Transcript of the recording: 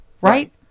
right